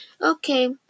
Okay